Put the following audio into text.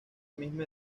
misma